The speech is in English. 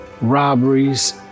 robberies